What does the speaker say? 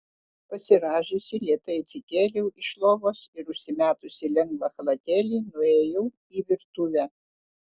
pasirąžiusi lėtai atsikėliau iš lovos ir užsimetusi lengvą chalatėlį nuėjau į virtuvę